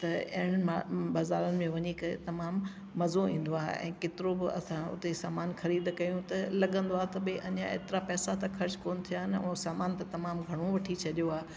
त इन बज़ारनि में वञी करे तमामु मज़ो ईंदो आ्हे ऐं केतिरो बि असांजो उते समान ख़रीद कयूं त लॻंदो आ्हे त ॿि अञे एतिरा पैसा त ख़र्च कोन थिया आहिनि ओ समान त तमामु घणो वठी छॾियो आहे